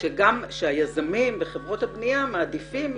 שגם הקבלנים וחברות הבנייה מעדיפים,